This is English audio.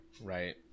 right